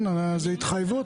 זאת התחייבות?